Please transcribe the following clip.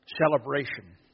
celebration